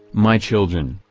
my children,